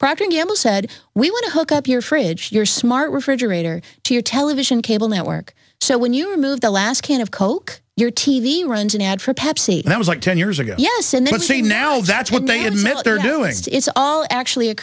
procter and gamble said we want to hook up your fridge your smart refrigerator to your television cable network so when you remove the last can of coke your t v runs an ad for pepsi that was like ten years ago yes and the same now that's what they admit they're doing it's all actually